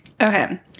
Okay